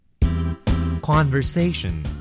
Conversation